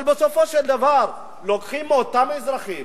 אבל בסופו של דבר לוקחים מאותם אזרחים,